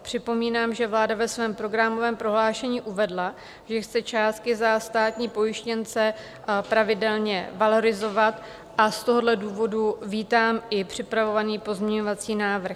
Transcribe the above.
Připomínám, že vláda ve svém programovém prohlášení uvedla, že chce částky za státní pojištěnce pravidelně valorizovat, a z tohoto důvodu vítám i připravovaný pozměňovací návrh.